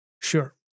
sure